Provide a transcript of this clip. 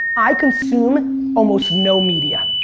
i consume almost no media.